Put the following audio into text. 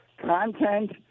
content